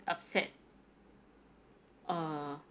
upset err